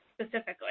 specifically